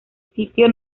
sitio